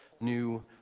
new